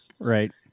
Right